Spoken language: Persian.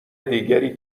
دیگری